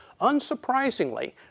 Unsurprisingly